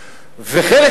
אבל הוא אדם הגון,